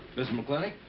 mrs. mclintock.